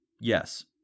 yes